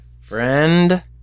friend